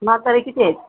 म्हातारे किती आहेत